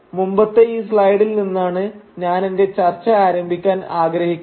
മുമ്പത്തെ ഈ സ്ലൈഡിൽ നിന്നാണ് ഞാനെന്റെ ചർച്ച ആരംഭിക്കാൻ ആഗ്രഹിക്കുന്നത്